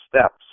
steps